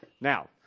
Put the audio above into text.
Now